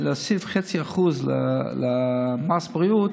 להוסיף 0.5% למס בריאות